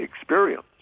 experience